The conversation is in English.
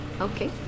Okay